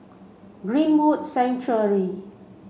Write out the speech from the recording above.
Greenwood Sanctuary